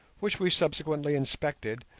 which we subsequently inspected,